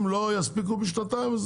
אם לא יספיקו בשנתיים,